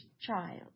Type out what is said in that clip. child